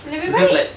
lebih baik